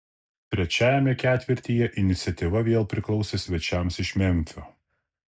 trečiajame ketvirtyje iniciatyva vėl priklausė svečiams iš memfio